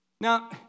Now